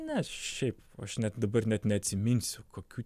ne šiaip aš net dabar net neatsiminsiu kokių